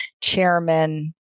chairman